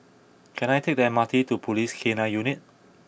can I take the M R T to Police K nine Unit